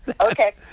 Okay